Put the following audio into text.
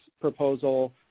proposal